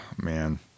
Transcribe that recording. man